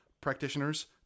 practitioners